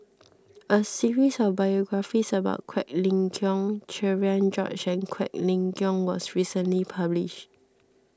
a series of biographies about Quek Ling Kiong Cherian George and Quek Ling Kiong was recently published